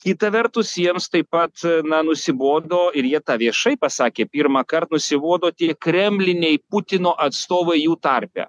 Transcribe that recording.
kita vertus jiems taip pat na nusibodo ir jie tą viešai pasakė pirmąkart nusibodo tie kremliniai putino atstovai jų tarpe